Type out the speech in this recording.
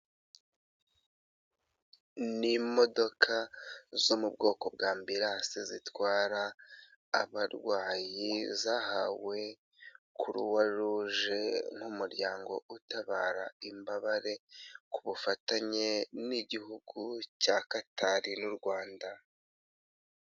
Ni imodoka zo mu bwoko bwa ambulace zitwara abarwayi, zahawe Croix rouge nk'umuryango utabara imbabare ku bufatanye n'igihugu cya Quatar n'u rwanda.